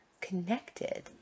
connected